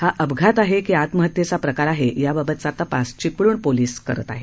हा अपघात आहे की आत्महत्येचा प्रकार आहे याबाबतचा तपास चिपळ्ण पोलीस करत आहेत